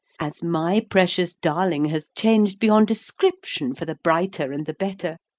as my precious darling has changed beyond description for the brighter and the better,